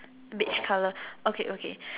beige colour okay okay